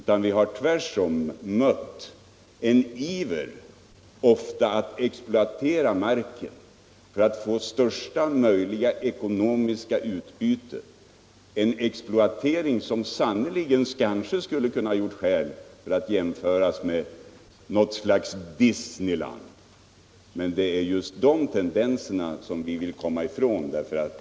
Tvärtom har vi ofta mött en iver att exploatera marken för att få största möjliga ekonomiska utbyte, en exploatering som kanske med skäl skulle kunna jämföras med något slags Disneyland. Det är just de tendenserna som vi vill komma ifrån.